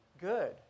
good